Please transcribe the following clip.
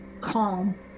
calm